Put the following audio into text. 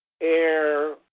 air